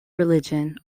religion